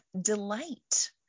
delight